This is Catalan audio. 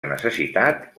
necessitat